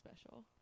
special